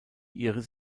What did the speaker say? iris